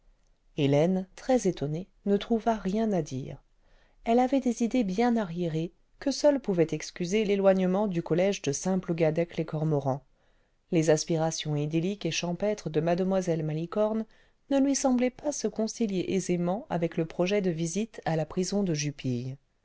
hélène très étonnée ne trouva rien à dire elle avait clés idées bien arriérées que seul pouvait excuser l'éloignement du collège de saint plougadec les cormorans les aspirations idylliques et champêtres de mue malicorne ne lui semblaient pas se concilier aisément avec le projet de visite à la prison de jupille